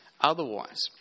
otherwise